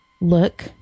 look